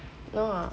no lah